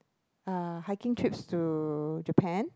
uh hiking trips to Japan